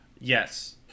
Yes